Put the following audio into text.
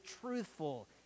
truthful